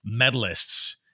medalists